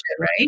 right